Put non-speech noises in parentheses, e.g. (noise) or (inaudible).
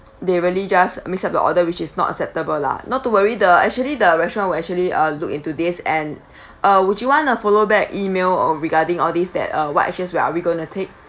they really just mix up the order which is not acceptable lah not to worry the actually the restaurant will actually uh look into this and (breath) uh would you want a follow back email uh regarding all these that uh what actions that are we going to take